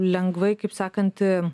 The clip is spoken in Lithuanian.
lengvai kaip sakanti